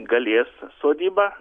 galės sodybą